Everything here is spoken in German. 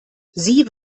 sie